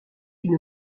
une